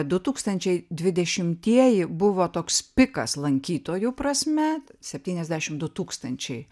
du tūkstančiai dvidešimtieji buvo toks pikas lankytojų prasme septyniasdešimt du tūkstančiai